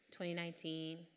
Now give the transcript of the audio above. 2019